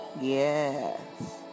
Yes